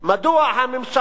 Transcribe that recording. מדוע הממשלה